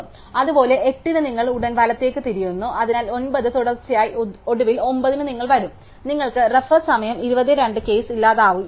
അതുപോലെ 8 ന് നിങ്ങൾ ഉടൻ വലത്തേക്ക് തിരിയുന്നു അതിനാൽ 9 തുടർച്ചയായി ഒടുവിൽ 9 ന് നിങ്ങൾ വരും നിങ്ങൾക്ക് റഫർ സമയം 2002 കേസ് ഇലാതായ്വരും